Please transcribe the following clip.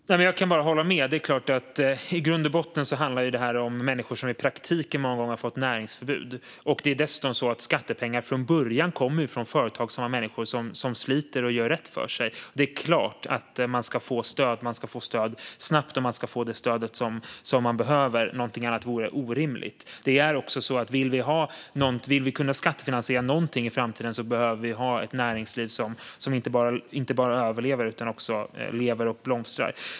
Fru talman! Jag kan bara hålla med. Det är klart att i grund och botten handlar det här om människor som i praktiken många gånger har fått näringsförbud. Det är dessutom så att skattepengar från början kommer från företagsamma människor som sliter och gör rätt för sig, och det är klart att man snabbt ska få det stöd som man behöver. Någonting annat vore orimligt. Det är också så att om vi vill kunna skattefinansiera någonting i framtiden behöver vi ha ett näringsliv som inte bara överlever utan också lever och blomstrar.